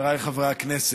חבריי חברי הכנסת,